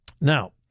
Now